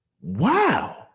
Wow